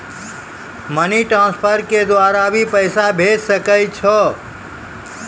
Money transfer के द्वारा भी पैसा भेजै सकै छौ?